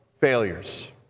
failures